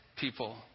people